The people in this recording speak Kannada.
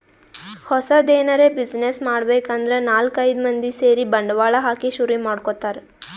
ಹೊಸದ್ ಎನರೆ ಬ್ಯುಸಿನೆಸ್ ಮಾಡ್ಬೇಕ್ ಅಂದ್ರ ನಾಲ್ಕ್ ಐದ್ ಮಂದಿ ಸೇರಿ ಬಂಡವಾಳ ಹಾಕಿ ಶುರು ಮಾಡ್ಕೊತಾರ್